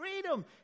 freedom